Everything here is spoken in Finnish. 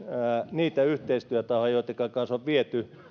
niitä yhteistyötahoja joittenka kanssa on viety